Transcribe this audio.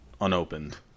unopened